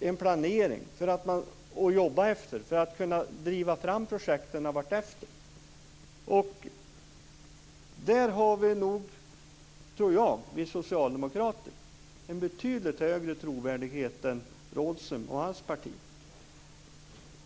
en planering att jobba efter; detta för att vartefter kunna driva fram projekten. Där har nog vi socialdemokrater en betydligt högre trovärdighet än Rådhström och hans parti.